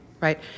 right